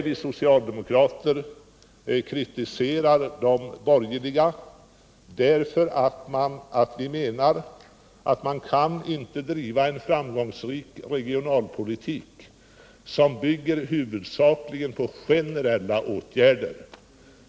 Vi socialdemokrater kritiserar de borgerliga därför att vi menar att man inte framgångsrikt kan driva en regionalpolitik som bygger huvudsakligen på generella åtgärder.